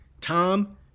Tom